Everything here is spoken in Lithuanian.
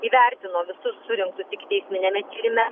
įvertino visus surinktus ikiteisminiame tyrime